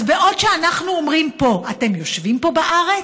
אז בעוד אנחנו אומרים פה: אתם יושבים פה בארץ,